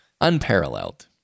unparalleled